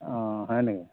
হয় নেকি